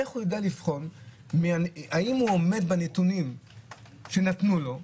איך הוא יודע לבחון אם הוא עומד בנתונים שנתנו לו,